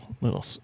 little